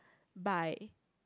by